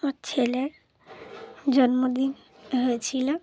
আমার ছেলের জন্মদিন হয়েছিল